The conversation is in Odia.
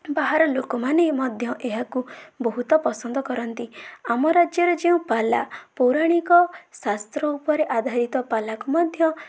ବାହାର ଲୋକମାନେ ମଧ୍ୟ ଏହାକୁ ବହୁତ ପସନ୍ଦକରନ୍ତି ଆମ ରାଜ୍ୟରେ ଯେଉଁ ପାଲା ପୌରାଣିକ ଶାସ୍ତ୍ର ଉପରେ ଆଧାରିତ ପାଲାକୁ ମଧ୍ୟ